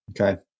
Okay